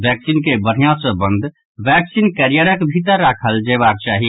vaccine के बढ़िया सँ बंद वैक्सीन कैरियरक भीतर राखल जेबाक चाही